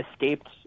escaped